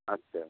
আচ্ছা